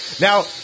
Now